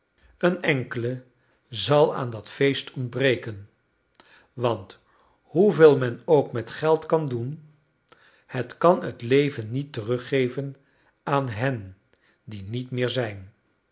een enkele zal aan dat feest ontbreken want hoeveel men ook met geld kan doen het kan t leven niet teruggeven aan hen die niet meer zijn